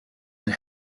and